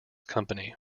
company